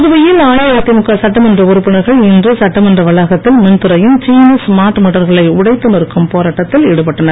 புதுவையில் அஇஅதிமுக சட்டமன்ற உறுப்பினர்கள் இன்று சட்டமன்ற வளாகத்தில் மின்துறையின் சீன ஸ்மார்ட் மீட்டர்களை உடைத்து நொறுக்கும் போராட்டத்தில் ஈடுபட்டனர்